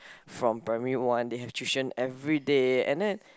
from primary one they have tuition everyday and then